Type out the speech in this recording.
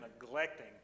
neglecting